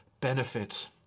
benefits